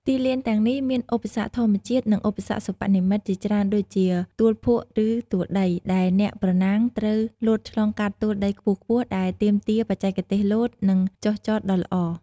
ទីលានទាំងនេះមានឧបសគ្គធម្មជាតិ និងឧបសគ្គសិប្បនិម្មិតជាច្រើនដូចជា ទួលភក់ឬទួលដី ដែលអ្នកប្រណាំងត្រូវលោតឆ្លងកាត់ទួលដីខ្ពស់ៗដែលទាមទារបច្ចេកទេសលោត និងចុះចតដ៏ល្អ។